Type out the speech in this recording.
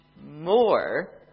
more